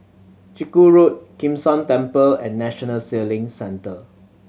Chiku Road Kim San Temple and National Sailing Centre